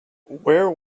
where